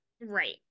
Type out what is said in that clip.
Right